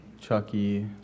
Chucky